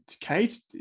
kate